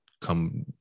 come